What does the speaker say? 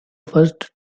first